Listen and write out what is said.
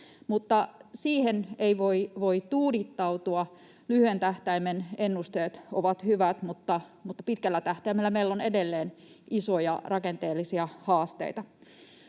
siihen ei voi tuudittautua. Lyhyen tähtäimen ennusteet ovat hyvät, mutta pitkällä tähtäimellä meillä on edelleen isoja rakenteellisia haasteita.